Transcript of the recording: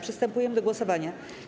Przystępujemy do głosowania.